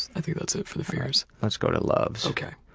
i think that's it for the fears. let's go to loves.